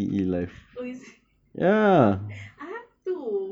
oh is it I have two